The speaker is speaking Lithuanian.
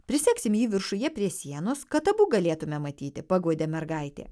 prisegsim viršuje prie sienos kad abu galėtume matyti paguodė mergaitė